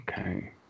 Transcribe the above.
Okay